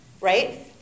right